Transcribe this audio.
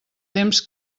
temps